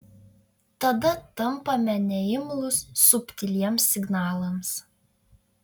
tada tampame neimlūs subtiliems signalams